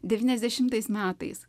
devyniasdešimtais metais